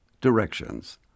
Directions